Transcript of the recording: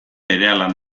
berehala